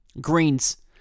Greens